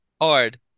hard